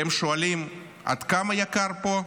אתם שואלים עד כמה יקר פה?